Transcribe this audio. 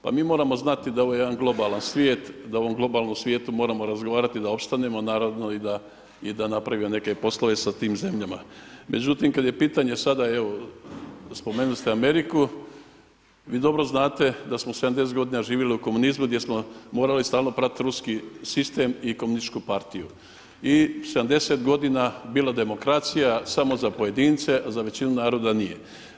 Pa mi moramo znati da je ovo jedan globalan svijet, da u ovom globalnom svijetu moramo razgovarati da opstanemo naravno i da napravimo neke poslove sa tim zemljama, Međutim kada je pitanje sada evo spomenuli ste Ameriku, vi dobro znate da smo 70 godina živjeli u komunizmu gdje smo morali stalno pratiti ruski sistem i komunističku partiju i 70 godina bila demokracija samo za pojedince, a za većinu naroda nije.